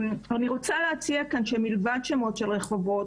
אני רוצה להציע כאן שמלבד שמות של רחובות,